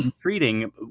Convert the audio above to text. treating